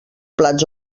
plats